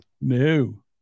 No